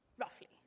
roughly